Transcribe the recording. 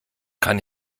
kann